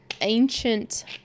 ancient